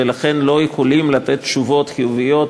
ולכן לא יכולים לתת תשובות חיוביות לרשויות.